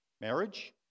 Marriage